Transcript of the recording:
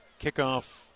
Kickoff